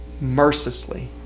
mercilessly